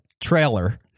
trailer